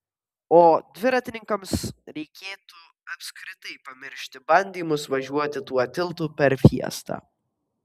o dviratininkams reikėtų apskritai pamiršti bandymus važiuoti tuo tiltu per fiestą